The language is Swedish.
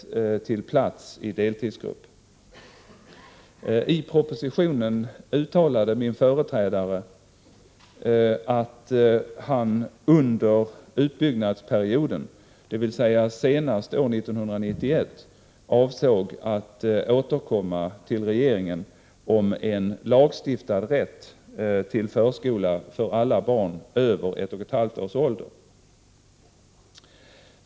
I propositionen uttalade min företrädare att han under utbyggnadsperio den, dvs. senast år 1991, avsåg att återkomma till regeringen om en lagstiftad rätt till förskola för alla barn över ett och ett halvt års ålder.